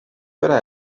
hora